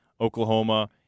Oklahoma